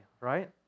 right